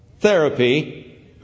therapy